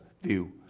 view